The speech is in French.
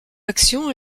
action